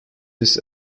this